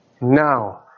Now